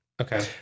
okay